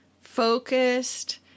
focused